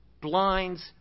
blinds